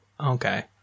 Okay